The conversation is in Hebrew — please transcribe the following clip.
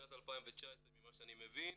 לשנת 2019 ממה שאני מבין,